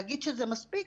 להגיד שזה מספיק?